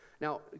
Now